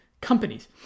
companies